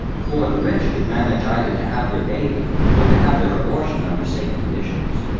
for the rich could manage either to have their baby or to have their abortion under safe conditions.